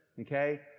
Okay